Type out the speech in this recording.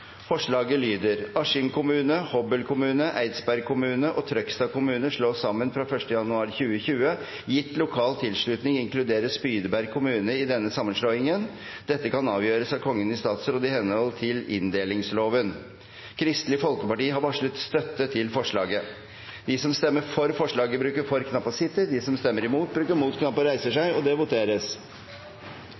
Forslaget lyder: «Askim kommune, Hobøl kommune, Eidsberg kommune og Trøgstad kommune slås sammen fra 1. januar 2020. Gitt lokal tilslutning inkluderes Spydeberg kommune i denne sammenslåingen. Dette kan gjøres av Kongen i statsråd i henhold til inndelingsloven.» Kristelig Folkeparti har varslet støtte til forslaget. Det voteres